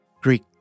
Greek